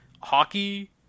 hockey